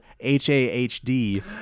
H-A-H-D